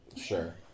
Sure